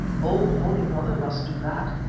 oh! holy mother must do that.